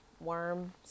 Worm